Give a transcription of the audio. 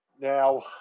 Now